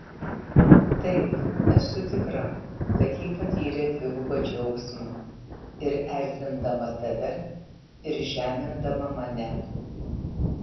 taip esu tikra kad ji patyrė dvigubą džiaugsmą ir erzindama tave ir žemindama mane